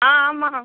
ஆ ஆமாம்